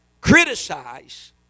criticize